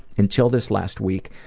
until this last week,